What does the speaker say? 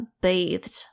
bathed